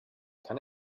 kann